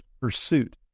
pursuit